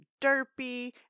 Derpy